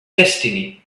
destiny